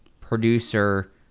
producer